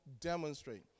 demonstrate